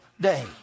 day